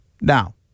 Now